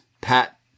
Pat